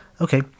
okay